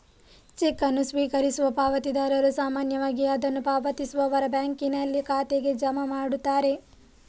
check ಅನ್ನು ಸ್ವೀಕರಿಸುವ ಪಾವತಿದಾರರು ಸಾಮಾನ್ಯವಾಗಿ ಅದನ್ನು ಪಾವತಿಸುವವರ ಬ್ಯಾಂಕಿನಲ್ಲಿ ಖಾತೆಗೆ ಜಮಾ ಮಾಡುತ್ತಾರೆ